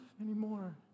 anymore